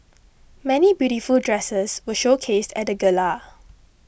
many beautiful dresses were showcased at the gala